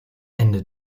ende